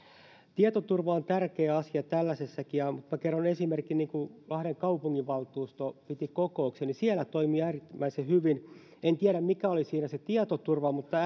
tietoturva on tärkeä asia tällaisessakin mutta minä kerron esimerkin kun lahden kaupunginvaltuusto piti kokouksen niin siellä toimivat äärimmäisen hyvin äänestyksetkin en tiedä mikä oli siinä se tietoturva mutta